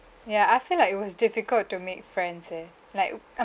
ya I feel like it was difficult to make friends eh like I